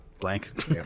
Blank